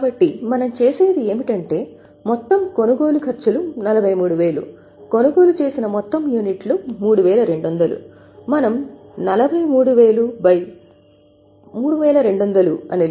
కాబట్టి మనం చేసేది ఏమిటంటే మొత్తం కొనుగోలు ఖర్చులు 43000 కొనుగోలు చేసిన మొత్తం యూనిట్లు 3200 మనం 43000 3200 అని లెక్కిస్తే 13